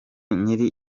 nkiri